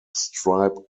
stripe